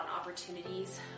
opportunities